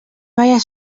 balla